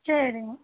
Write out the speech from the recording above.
சரிம்மா